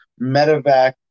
medevac